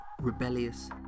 rebellious